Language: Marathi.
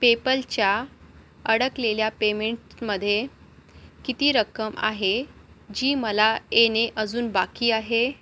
पेपलच्या अडकलेल्या पेमेंटमध्ये किती रक्कम आहे जी मला येणे अजून बाकी आहे